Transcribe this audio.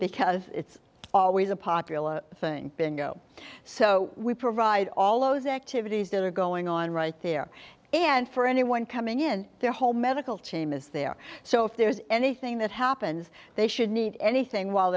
because it's always a popular thing being go so we provide all over the activities that are going on right there and for anyone coming in their whole medical team is there so if there is anything that happens they should need anything while